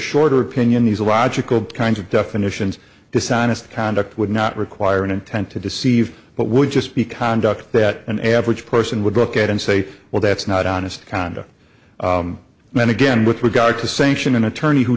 shorter opinion these a logical kinds of definitions dishonest conduct would not require an intent to deceive but would just be conduct that an average person would look at and say well that's not honest conduct and then again with regard to sanction an attorney who